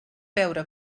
veure